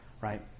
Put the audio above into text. right